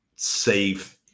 save